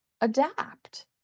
adapt